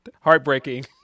heartbreaking